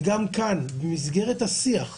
גם כאן, במסגרת השיח שמתקיים,